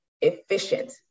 efficient